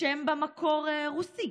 השם במקור רוסי.